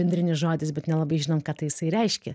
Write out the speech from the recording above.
bendrinis žodis bet nelabai žinom ką tai jisai reiškia